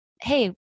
hey